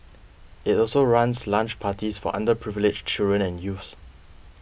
it also runs lunch parties for underprivileged children and youth